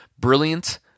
brilliant